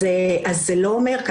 אז זה לא אומר,